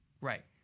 Right